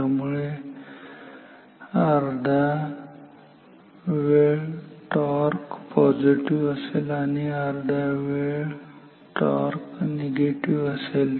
त्यामुळे अर्धा wave torque positive असेल आणि अर्धा वेव्ह तो निगेटिव्ह असेल